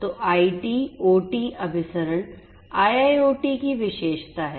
तो IT OT अभिसरण IIoT की विशेषता है